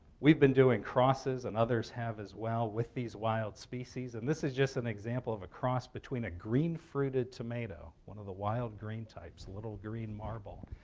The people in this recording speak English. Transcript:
we've been doing crosses, and others have as well, with these wild species. and this is just an example of a cross between a green-fruited tomato, one of the wild green types, a little green marble,